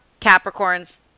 Capricorns